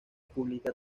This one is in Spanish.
publica